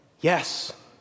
Yes